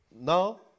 Now